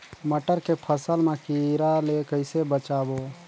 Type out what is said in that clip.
मटर के फसल मा कीड़ा ले कइसे बचाबो?